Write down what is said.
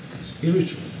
spiritual